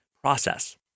Process